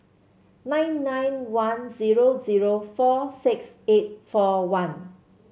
nine nine one zero zero four six eight four one